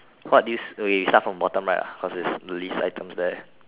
what do this okay we start from bottom right ah cause it's the least items there